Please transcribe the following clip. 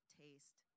taste